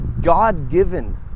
God-given